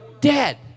dead